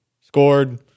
scored